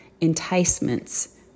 enticements